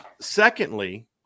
Secondly